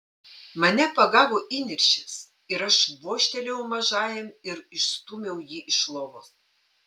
mane pagavo įniršis ir aš vožtelėjau mažajam ir išstūmiau jį iš lovos